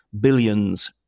billions